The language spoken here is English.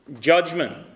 Judgment